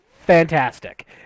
fantastic